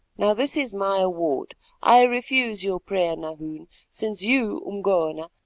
now this is my award i refuse your prayer, nahoon since you, umgona,